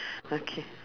okay